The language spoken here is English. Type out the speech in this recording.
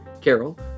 Carol